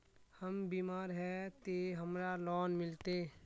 हम बीमार है ते हमरा लोन मिलते?